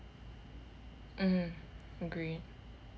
mmhmm agree